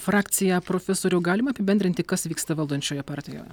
frakciją profesoriau galima apibendrinti kas vyksta valdančioje partijoje